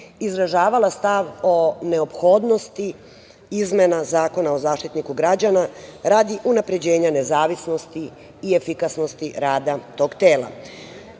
izražavala stav o neophodnosti izmena Zakona o Zaštitniku građana radi unapređenja nezavisnosti i efikasnosti rada tog